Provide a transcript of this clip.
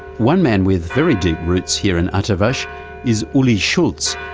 one man with very deep roots here in atterwasch is ulli schulz.